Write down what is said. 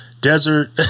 Desert